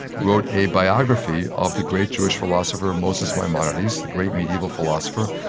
wrote a biography of the great jewish philosopher moses maimonides, the great medieval philosopher.